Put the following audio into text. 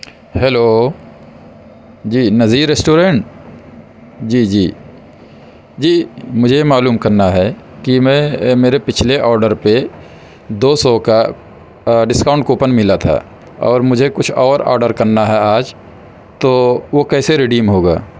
hello جی Nazir restaurant جی جی جی مجھے یہ معلوم کرنا ہے کہ میں میرے پچھلے آڈر پہ دو سو کا ڈسکاؤنٹ کوپن ملا تھا اور مجھے کچھ اور آڈر کرنا ہے آج تو وہ کیسے رڈیم ہوگا